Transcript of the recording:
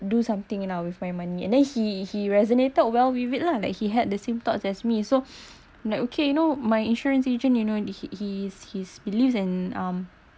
do something lah with my money and then he he resonated well with it lah like he had the same thought as me so like okay you know my insurance agent you know he he he's believes and um